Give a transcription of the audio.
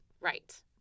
Right